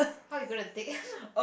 how you gonna take